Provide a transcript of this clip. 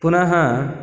पुनः